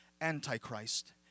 antichrist